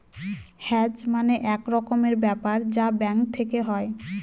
hedge মানে এক রকমের ব্যাপার যা ব্যাঙ্ক থেকে হয়